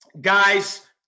Guys